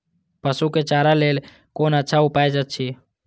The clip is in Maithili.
पशु के चारा के लेल कोन अच्छा उपाय अछि?